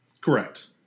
Correct